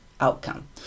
outcome